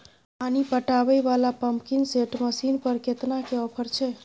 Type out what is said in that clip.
पानी पटावय वाला पंपिंग सेट मसीन पर केतना के ऑफर छैय?